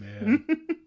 man